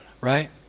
Right